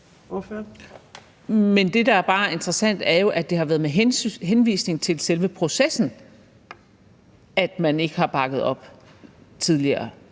Men det, der bare er interessant, er jo, at det har været med henvisning til selve processen, at man ikke har bakket det op tidligere,